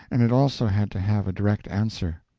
and it also had to have a direct answer.